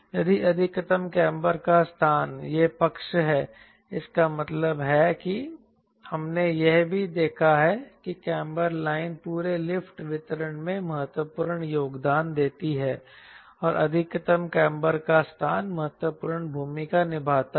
यदि अधिकतम काम्बर का स्थान यह पक्ष है इसका मतलब है कि हमने यह भी देखा है कि काम्बर लाइन पूरे लिफ्ट वितरण में महत्वपूर्ण योगदान देती है और अधिकतम काम्बर का स्थान महत्वपूर्ण भूमिका निभाता है